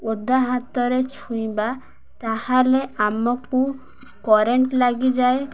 ଓଦା ହାତରେ ଛୁଇଁବା ତାହେଲେ ଆମକୁ କରେଣ୍ଟ ଲାଗିଯାଏ